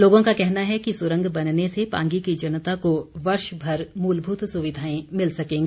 लोगों का कहना है कि सुरंग बनने से पांगी की जनता को वर्षभर मूलभूत सुविधाएं मिल सकेंगी